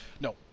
No